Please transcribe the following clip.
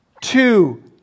Two